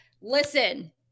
listen